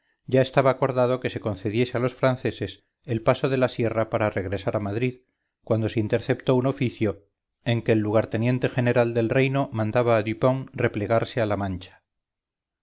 ya estaba acordado que se concediese a los franceses el paso de la sierra para regresar a madrid cuando se interceptó un oficio en que el lugarteniente general del reino mandaba a dupont replegarse a la mancha